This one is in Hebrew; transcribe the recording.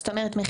זאת אומרת,